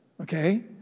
Okay